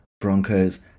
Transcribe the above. Broncos